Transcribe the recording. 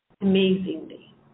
amazingly